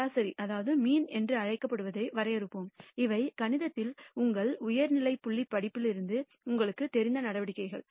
சராசரி என்று அழைக்கப்படுவதை வரையறுப்போம் இவை கணிதத்தில் உங்கள் உயர்நிலைப் பள்ளி படிப்புகளிலிருந்து உங்களுக்குத் தெரிந்த நடவடிக்கைகள்